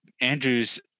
Andrew's